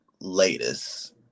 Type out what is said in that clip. latest